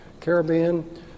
Caribbean